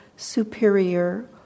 superior